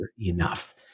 enough